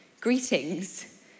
greetings